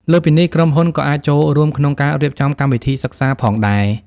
លើសពីនេះ ក្រុមហ៊ុនក៏អាចចូលរួមក្នុង ការរៀបចំកម្មវិធីសិក្សា ផងដែរ។